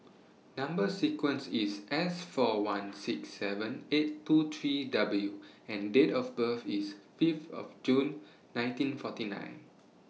Number sequence IS S four one six seven eight two three W and Date of birth IS Fifth of June nineteen forty nine